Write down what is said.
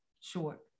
short